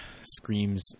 screams